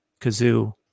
kazoo